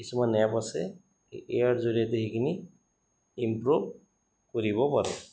কিছুমান এপ আছে ইয়াৰ জৰিয়তে সেইখিনি ইম্প্ৰুভ কৰিব পাৰোঁ